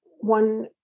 one